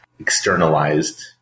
externalized